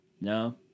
no